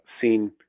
seen